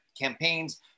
campaigns